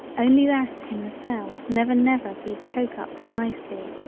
only that in the sell never never be the cocups nice be,